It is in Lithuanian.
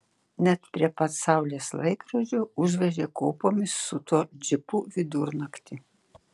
net prie pat saulės laikrodžio užvežė kopomis su tuo džipu vidurnaktį